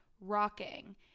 rocking